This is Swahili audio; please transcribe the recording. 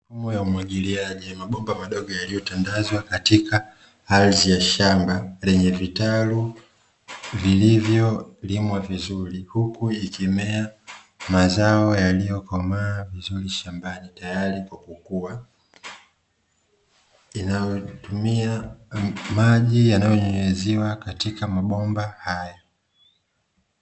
Mfumo wa umwagiliaji mabomba madogo yaliyotandazwa katika ardhi ya shamba lenye vitalu vilivyo limwa vizuri, huku ikimea mazao yaliyokomaa vizuri shambani tayari kuvunwa, inayo tumia maji yanayonyunyiziwa katika mabomba haya.